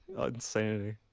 Insanity